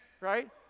right